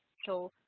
so